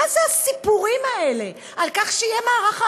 מה הסיפורים האלה על כך שיהיה מערך הסברה?